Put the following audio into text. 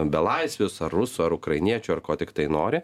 belaisvius ar rusų ar ukrainiečių ar ko tiktai nori